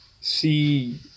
see